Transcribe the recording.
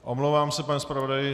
Omlouvám se, pane zpravodaji.